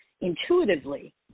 intuitively